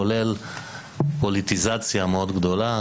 כולל פוליטיזציה מאוד גדולה,